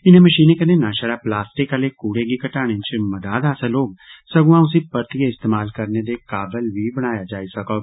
इनें मषीनें कन्नै न छड़ा प्लास्टिक आहले कूड़े गी घटाने च मदाद हासल होग सगुआं उसी परतियै इस्तेमाल करने दे काबल बी बनाया जाई सकोग